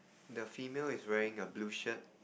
the female is wearing a blue shirt